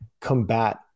combat